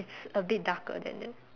it's a bit darker than that